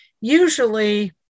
usually